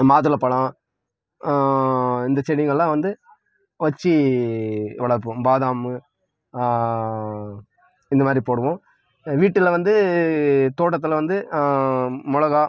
மாதுளம்பழம் இந்த செடிங்கள்லாம் வந்து வச்சு வளர்ப்போம் பாதாம் இந்த மாதிரி போடுவோம் வீட்டில் வந்து தோட்டத்தில் வந்து மிளகா